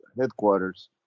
headquarters